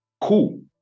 cool